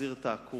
להחזיר את העקורים.